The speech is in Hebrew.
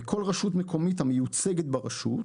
וכל רשות מקומית המיוצגת ברשות,